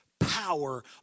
power